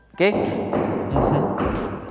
Okay